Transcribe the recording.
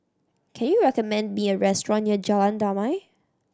can you recommend me a restaurant near Jalan Damai